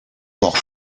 port